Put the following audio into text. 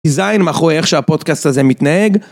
זיין מאחורי איך שהפודקאסט הזה מתנהג.